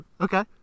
Okay